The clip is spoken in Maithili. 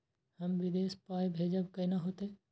हम विदेश पाय भेजब कैना होते?